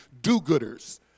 do-gooders